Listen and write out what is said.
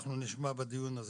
אנחנו נשמע בדיון הזה,